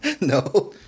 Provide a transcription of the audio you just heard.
No